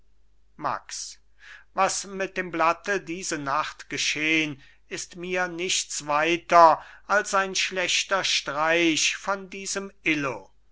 max was mit dem blatte diese nacht geschehn ist mir nichts weiter als ein schlechter streich von diesem illo